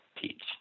teach